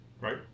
right